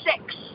six